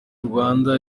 rwanda